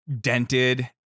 dented